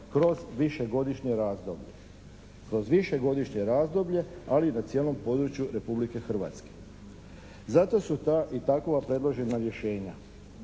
Kroz višegodišnje razdoblje, ali na cijelom području Republike Hrvatske. Zato su ta i takova predložena rješenja.